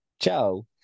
Ciao